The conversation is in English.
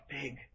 big